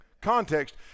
context